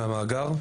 מהמאגר,